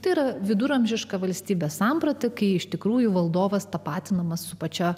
tai yra viduramžiška valstybės samprata kai iš tikrųjų valdovas tapatinamas su pačia